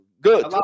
good